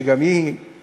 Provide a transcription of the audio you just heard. שגם היא סייעה,